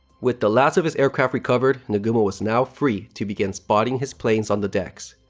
with the last of his aircraft recovered, nagumo was now free to begin spotting his planes on the decks.